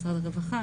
משרד הרווחה,